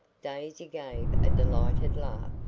daisy gave a delighted laugh.